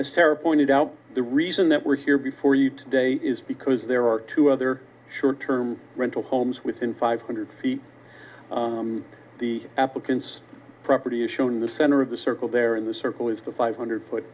as sara pointed out the reason that we're here before you today is because there are two other short term rental homes within five hundred feet the applicant's property is shown in the center of the circle there in the circle is the five hundred foot